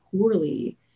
poorly